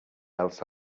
else